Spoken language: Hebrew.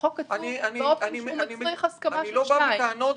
כתוב באופן שהוא מצריך הסכמה של שניים.